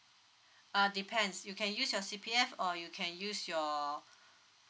uh depends you can use your C_P_F or you can use your